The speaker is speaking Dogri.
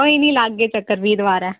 कोई निं लाह्गे चक्कर फ्ही दवारै